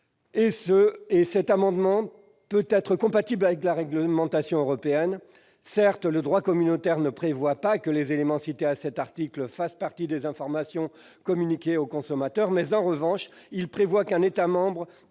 Cet amendement peut être compatible avec la réglementation européenne. Certes, le droit communautaire ne prévoit pas que les éléments cités à cet article fassent partie des informations communiquées aux consommateurs. En revanche, il prévoit qu'un État membre